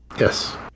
Yes